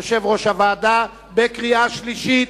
יושב-ראש הוועדה לקריאה שלישית.